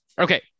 okay